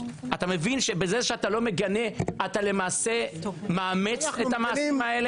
אתה מבין שבזה שאתה לא מגנה אתה למעשה מאמץ את המעשים האלה?